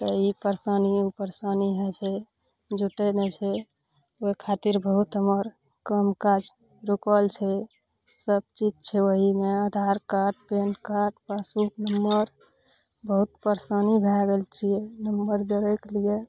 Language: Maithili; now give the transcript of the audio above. तऽ ई परेशानी ओ परेशानी होइ छै जुटै नहि छै ओहि खातिर बहुत हमर काम काज रुकल छै सब चीज छै ओहिमे Aadhaar card PAN card passbook number बहुत परेशानी भऽ गेल छियै नम्बर जोड़ैके लिए